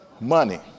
money